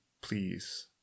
please